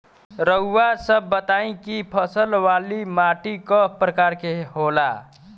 रउआ सब बताई कि फसल वाली माटी क प्रकार के होला?